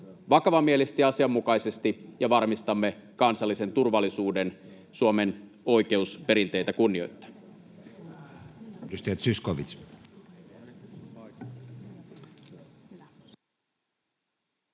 vakavamielisesti ja asianmukaisesti ja varmistamme kansallisen turvallisuuden Suomen oikeusperinteitä kunnioittaen.